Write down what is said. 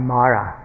Mara